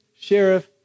sheriff